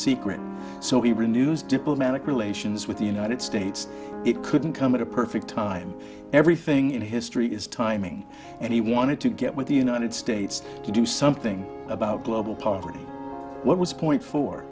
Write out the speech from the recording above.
secret so he renews diplomatic relations with the united states it couldn't come at a perfect time everything in history is timing and he wanted to get with the united states to do something about global poverty what was point fo